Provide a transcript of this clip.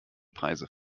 preise